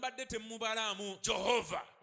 Jehovah